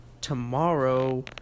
tomorrow